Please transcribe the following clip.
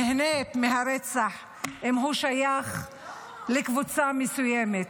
נהנית מהרצח אם הוא שייך לקבוצה מסוימת.